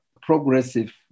progressive